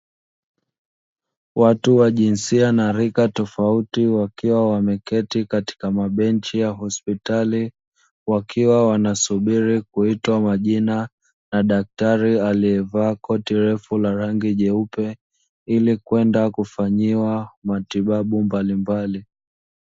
Watu wa jinsia na rika tofauti wakiwa wameketi katika mabenchi ya hospitali, wakiwa wanasubiri kuitwa majina na daktari aliyevaa koti refu la rangi jeupe ili kwenda kufanyiwa matibabu mbalimbali.